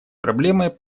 проблемой